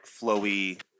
flowy